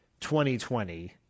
2020